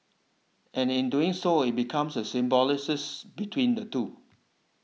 and in so doing it becomes a symbiosis between the two